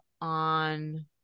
on